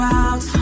out